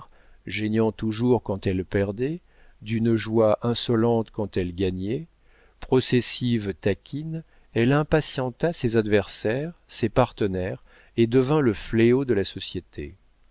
geignant toujours quand elle perdait d'une joie insolente quand elle gagnait processive taquine elle impatienta ses adversaires ses partenaires et devint le fléau de la société